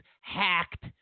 hacked